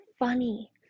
funny